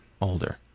Older